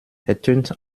ertönt